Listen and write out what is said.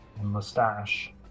mustache